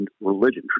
religion